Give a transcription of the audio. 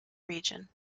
region